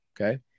Okay